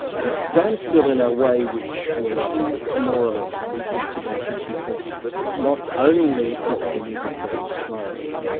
and it stands still in a way which was more or less unprecedented, because not only is the music very slow,